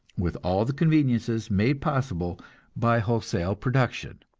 with all the conveniences made possible by wholesale production.